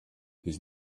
his